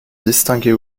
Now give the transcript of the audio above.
distinguait